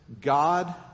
God